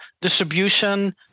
distribution